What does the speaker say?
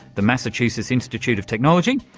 the massachusetts institute of technology,